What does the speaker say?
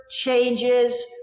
changes